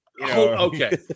Okay